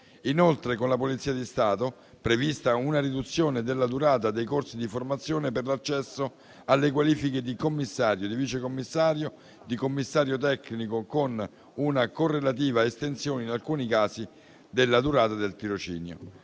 Inoltre, per la Polizia di Stato è prevista una riduzione della durata dei corsi di formazione per l'accesso alle qualifiche di commissario, di vice commissario, di commissario tecnico, con una correlativa estensione in alcuni casi della durata del tirocinio.